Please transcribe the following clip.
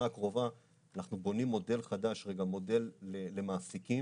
הקרובה אנחנו בונים מודל חדש וגם מודל למעסיקים,